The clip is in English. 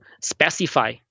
specify